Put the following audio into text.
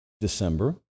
December